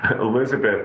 Elizabeth